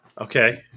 Okay